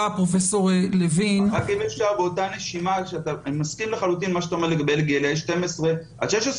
אני מסכים לחלוטין עם מה שאתה אומר לגבי גילאי 12 עד 16,